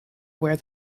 where